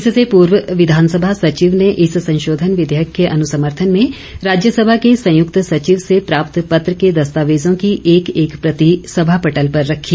इससे पूर्व विधानसभा सचिव ने इस संशोधन विधेयक के अनुसमर्थन में राज्यसभा के संयुक्त सचिव से प्राप्त पत्र के दस्तावेजों की एक एक प्रति सभा पटल पर रखी